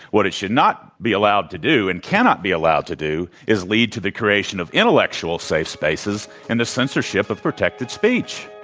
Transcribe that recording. what it should not be allowed to do and cannot be allowed to do is lead to the creation of intellectual safe spaces and the censorship of protected speech.